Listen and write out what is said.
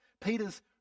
Peter's